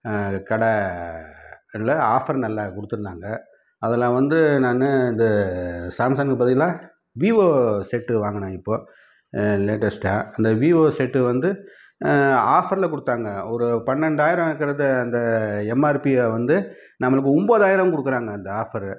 கடையில ஆஃபர் நல்லா கொடுத்துருந்தாங்க அதில் வந்து நான் இது சாம்சங் பதிலாக வீவோ செட்டு வாங்கினேன் இப்போது லேட்டஸ்டாக அந்த வீவோ செட்டு வந்து ஆஃபரில் கொடுத்தாங்க ஒரு பன்னண்டாயிரம் இருக்கிறத அந்த எம்ஆர்பியை வந்து நம்மளுக்கு ஒம்பதாயரம் கொடுக்கிறாங்க அந்த ஆஃபரு